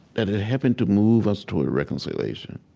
that it happened to move us toward a reconciliation